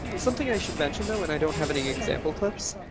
something i should mention, though, and i don't have any example clips,